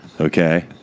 okay